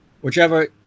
Whichever